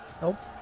Nope